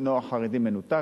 נוער חרדי מנותק,